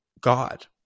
God